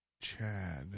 Chad